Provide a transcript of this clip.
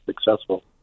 successful